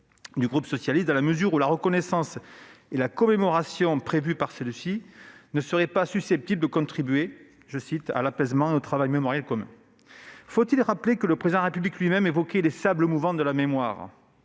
du groupe socialiste : selon elle, la reconnaissance et les commémorations prévues ne sont pas susceptibles de « contribuer à l'apaisement et au travail mémoriel commun ». Faut-il rappeler que le Président de la République lui-même évoquait les « sables mouvants de la mémoire »